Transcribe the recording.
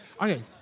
Okay